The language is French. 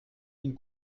d’une